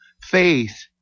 Faith